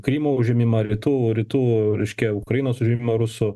krymo užėmimą rytų rytų reiškia ukrainos užėmimą rusų